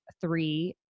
three